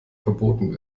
verboten